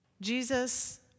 Jesus